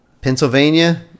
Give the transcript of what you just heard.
Pennsylvania